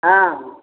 हँ